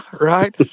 right